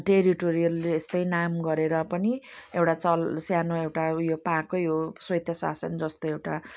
territorial यस्तै नाम गरेर पनि एउटा चल सानो एउटा ऊ यो पाएकै हो स्वायत्त शासन जस्तो एउटा